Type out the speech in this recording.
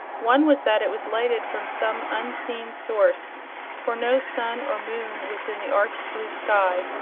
one was that it was lighted from some unseen source for no sun or moon was in the arched blue sky,